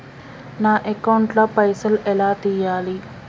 నా అకౌంట్ ల పైసల్ ఎలా తీయాలి?